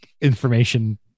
information